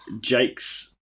Jake's